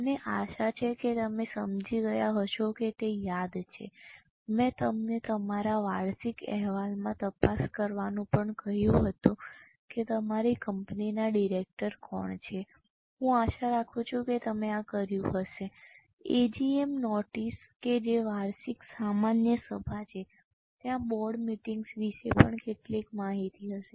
મને આશા છે કે તમે સમજી ગયા હશો કે તે યાદ છે મેં તમને તમારા વાર્ષિક અહેવાલમાં તપાસ કરવાનું પણ કહ્યું હતું કે તમારી કંપનીના ડિરેક્ટર કોણ છે હું આશા રાખું છું કે તમે આ કર્યું હશે એજીએમ નોટિસ કે જે વાર્ષિક સામાન્ય સભા છે ત્યાં બોર્ડ મીટિંગ્સ વિશે પણ કેટલીક માહિતી હશે